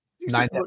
nine